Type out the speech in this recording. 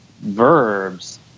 verbs